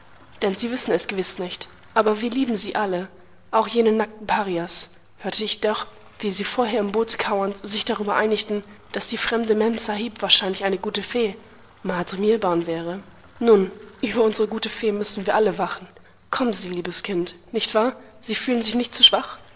denn sie wissen es gewiß nicht aber wir lieben sie alle auch jene nackten parias hörte ich doch wie sie vorher im boote kauernd sich darüber einigten daß die fremde memsahib wahrscheinlich eine gute fee mdr mihrbn wäre nun über unsere gute fee müssen wir alle wachen kommen sie liebes kind nicht wahr sie fühlen sich nicht zu schwach